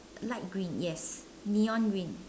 light green yes neon green